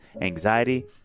anxiety